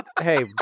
hey